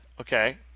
Okay